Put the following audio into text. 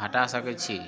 हटा सकैत छी